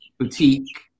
boutique